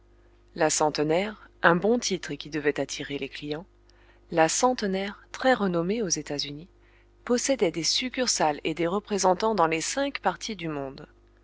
la centenaire un bon titre et qui devait attirer les clients la centenaire très renommée aux états-unis possédait des succursales et des représentants dans les cinq parties du monde